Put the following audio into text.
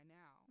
now